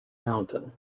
mountain